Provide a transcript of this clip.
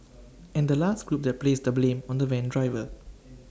and the last group that placed the blame on the van driver